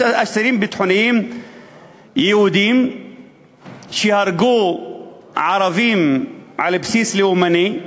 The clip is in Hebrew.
יש אסירים ביטחוניים יהודים שהרגו ערבים על בסיס לאומני,